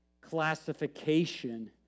classification